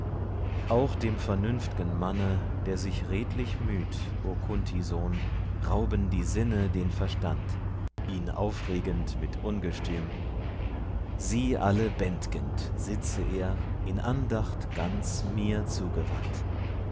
auch dem vernünft'gen manne der sich redlich müht o kunt sohn rauben die sinne den verstand ihn aufregend mit ungestüm sie alle bänd'gend sitze er in andacht ganz mir zugewandt